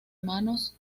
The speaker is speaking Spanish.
manos